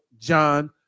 John